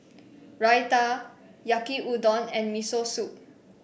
Raita Yaki Udon and Miso Soup